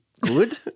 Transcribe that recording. good